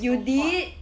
you did